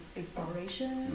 exploration